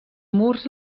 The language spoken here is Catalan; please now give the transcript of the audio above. murs